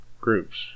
groups